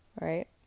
right